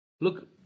Look